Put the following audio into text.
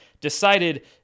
decided